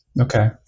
Okay